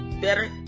Better